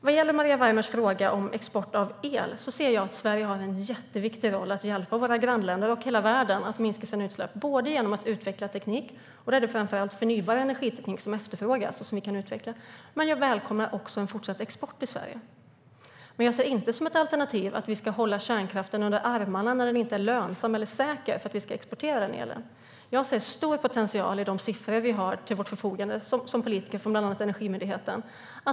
Vad gäller Maria Weimers fråga om export av el ser jag att Sverige har en jätteviktig roll när det gäller att hjälpa våra grannländer och hela världen att minska sina utsläpp genom att utveckla teknik. Det är framför allt förnybar energiteknik som efterfrågas och som vi kan utveckla. Jag välkomnar också fortsatt export från Sverige. Men jag ser det inte som ett alternativ att vi ska hålla kärnkraften under armarna när den inte är lönsam eller säker för att vi ska exportera den elen. Jag ser en stor potential i de siffror vi politiker har till vårt förfogande från bland annat Energimyndigheten.